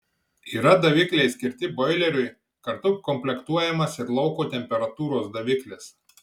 yra davikliai skirti boileriui kartu komplektuojamas ir lauko temperatūros daviklis